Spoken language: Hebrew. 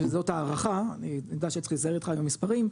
וזאת הערכה אני יודע שצריך להיזהר איתך עם המספרים,